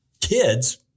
kids